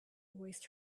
waste